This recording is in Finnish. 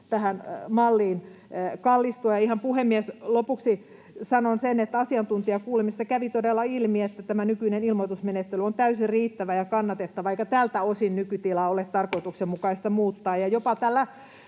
tähän malliin kallistua. Ihan lopuksi, puhemies, sanon sen, että asiantuntijakuulemisissa kävi todella ilmi, että tämä nykyinen ilmoitusmenettely on täysin riittävä ja kannatettava eikä tältä osin nykytilaa ole tarkoituksenmukaista muuttaa. [Puhemies